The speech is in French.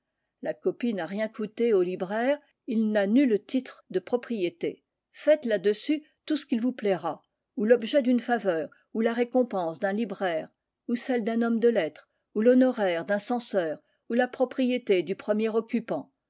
la copie n'a rien coûté au libraire il n'a nul titre de propriété faites là-dessus tout ce qu'il vous plaira ou l'objet d'une faveur ou la récompense d'un libraire ou celle d'un homme de lettres ou l'honoraire d'un censeur ou la propriété du premier occupant